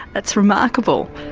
that's remarkable.